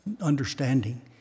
understanding